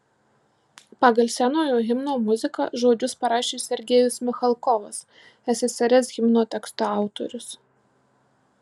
pagal senojo himno muziką žodžius parašė sergejus michalkovas ssrs himno teksto autorius